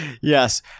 yes